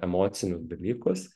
emocinius dalykus